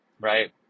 right